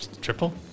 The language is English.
Triple